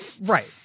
Right